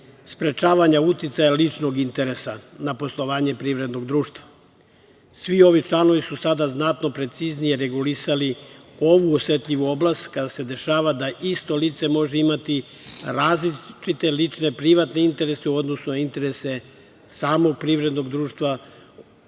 sprečavanja uticaja ličnog interesa na poslovanje privrednog društva. Svi ovi članovi su sada znatno preciznije regulisali ovu osetljivu oblast kada se dešava da isto lice može imati različite lične, privatne interese u odnosu na interese samog privrednog društva